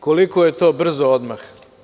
Koliko je to brzo „odmah“